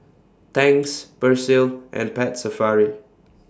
Tangs Persil and Pet Safari